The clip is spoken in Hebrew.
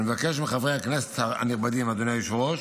אני מבקש מחברי הכנסת הנכבדים, אדוני היושב-ראש,